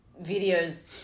videos